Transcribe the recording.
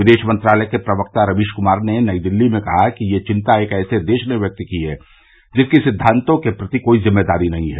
विदेश मंत्रालय के प्रक्ता रवीश कुमार ने नई दिल्ली में कहा कि यह चिंता एक ऐसे देश ने व्यक्त की है जिसकी सिद्वांतों के प्रति कोई ज़िम्मेदारी नहीं है